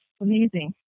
Amazing